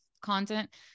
content